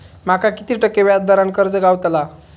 माका किती टक्के व्याज दरान कर्ज गावतला?